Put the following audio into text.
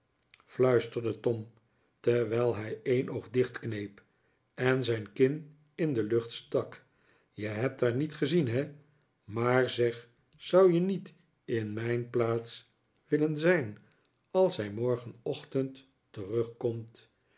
tom tefwijl hij een oog dicht kneep en zijn kin in de lucht stak je hebt haar niet gezien he maar zeg zou je niet in mijn plaats willen zijn als zij morgenochtend terugkomt